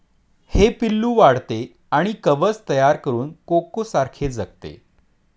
हे पिल्लू वाढते आणि कवच तयार करून कोकोसारखे जगते